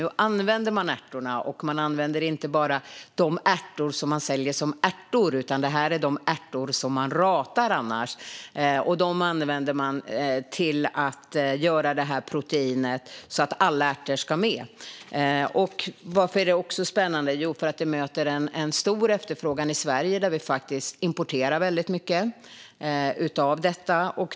Nu säljer man inte bara ärtor, utan nu använder man de ärtor som ratas till att göra det här proteinet. Alla ärtor ska med. Vad mer är spännande? Jo, det möter en stor efterfrågan i Sverige, för vi importerar faktiskt väldigt mycket av detta.